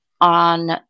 on